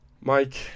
Mike